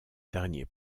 dernier